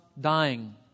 dying